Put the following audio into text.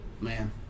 Man